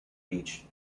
beach